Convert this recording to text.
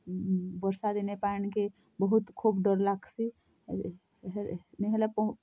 ବର୍ଷା ଦିନେ ପାଣ କେ ବହୁତ୍ ଖୁବ୍ ଡ଼ର୍ ଲାଗସି ନାଇଁହେଲେ